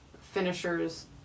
finishers